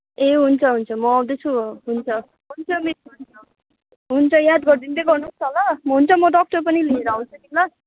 ए हुन्छ हुन्छ म आउँदैछु हुन्छ हुन्छ मिस हुन्छ याद गरिदिँदै गर्नुहोस् न ल हुन्छ म डक्टर पनि लिएर आउँछु नि ल